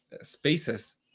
spaces